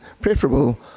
preferable